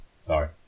Sorry